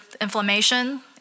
inflammation